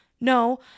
No